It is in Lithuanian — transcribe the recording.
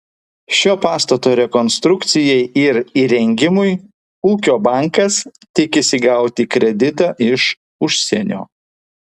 šio pastato rekonstrukcijai ir įrengimui ūkio bankas tikisi gauti kreditą iš užsienio